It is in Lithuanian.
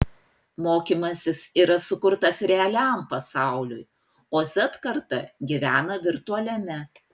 mokymasis yra sukurtas realiam pasauliui o z karta gyvena virtualiame